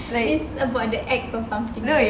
like it's about the ex or something right